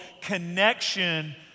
connection